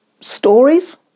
stories